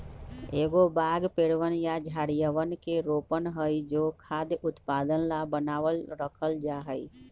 एगो बाग पेड़वन या झाड़ियवन के रोपण हई जो खाद्य उत्पादन ला बनावल रखल जाहई